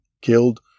killed